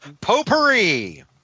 Potpourri